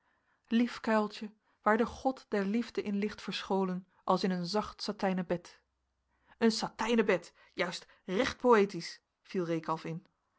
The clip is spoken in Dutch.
lief kuiltje waar de god der liefde in ligt verscholen als in een zacht satijnen bed een satijnen bed juist recht poëtisch viel reekalf in